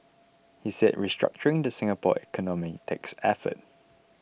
he said restructuring the Singapore economy takes effort